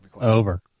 Over